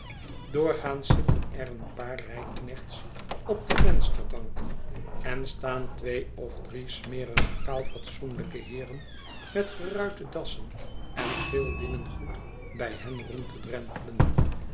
doorgaans zitten er een paar rijknechts op de vensterbanken en staan twee of drie smerige kaalfatsoenlijke heeren met geruite dassen en geel linnengoed bij hen rond te drentelen